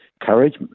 courage